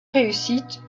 réussite